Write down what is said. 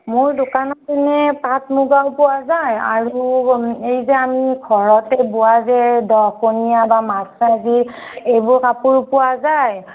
মোৰ দোকানত এনেই পাট মুগাও পোৱা যায় আৰু এই যে আমি ঘৰতে বোৱা যে দহ কোণীয়া বা মাৰচাজি এইবোৰ কাপোৰ পোৱা যায়